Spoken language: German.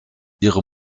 ihre